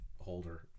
holder